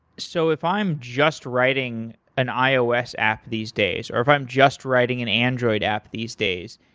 so if i'm just writing an ios app these days or if i'm just writing an android app these days,